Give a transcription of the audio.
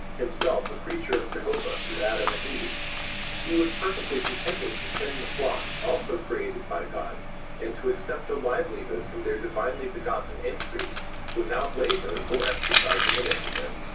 himself a creature of jehovah through adam and eve he was perfectly contented to tend the flocks also created by god and to accept a livelihood from their divinely begotten increase without labor or exercising initiative.